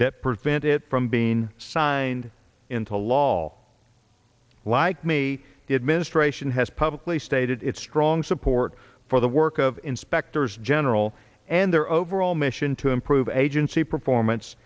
that prevent it from being signed into law like me the administration has publicly stated its strong support for the work of inspectors general and their overall mission to improve agency performance